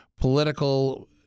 political